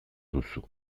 duzu